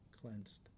Cleansed